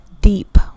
deep